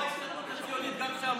כמו ההסתדרות הציונית עכשיו.